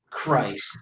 christ